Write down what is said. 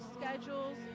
schedules